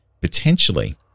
potentially –